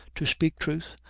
to speak truth,